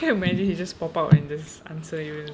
can you imagine he just pop up and just answer you